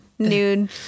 Nude